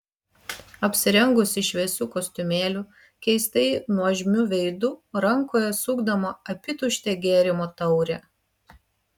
apsirengusi šviesiu kostiumėliu keistai nuožmiu veidu rankoje sukdama apytuštę gėrimo taurę